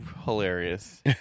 hilarious